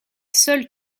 seule